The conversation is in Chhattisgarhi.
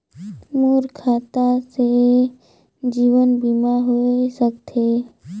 मोर खाता से जीवन बीमा होए सकथे?